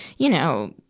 you know,